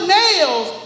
nails